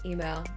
Email